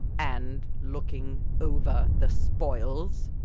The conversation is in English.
and looking over the spoils!